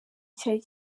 cyari